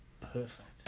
perfect